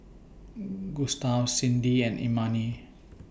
Gustaf Sydnee and Imani